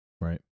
Right